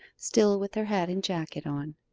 still with her hat and jacket on.